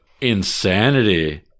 insanity